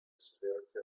severity